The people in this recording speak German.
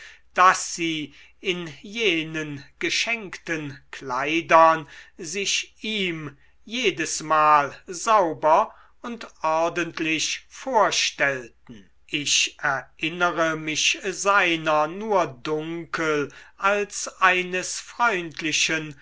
daß sie in jenen geschenkten kleidern sich ihm jedesmal sauber und ordentlich vorstellten ich erinnere mich seiner nur dunkel als eines freundlichen